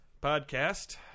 podcast